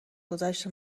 گذشت